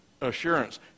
assurance